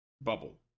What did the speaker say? bubble